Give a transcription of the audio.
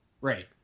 right